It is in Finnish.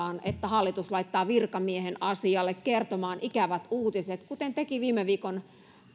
että hallitus laittaa virkamiehen asialle kertomaan ikävät uutiset kuten teki viime viikon